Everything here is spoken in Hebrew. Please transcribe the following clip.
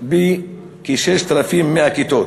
ב-6,100 כיתות.